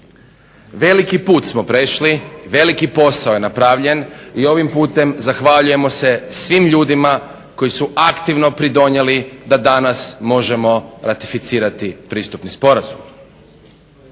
Veliki put smo prešli, veliki posao je napravljen i ovim putem zahvaljujemo se svim ljudima koji su aktivno pridonijeli da danas možemo ratificirati pristupni sporazum.